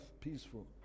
peaceful